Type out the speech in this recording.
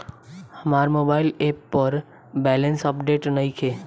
हमार mobile app पर balance update नइखे